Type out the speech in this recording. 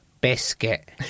Biscuit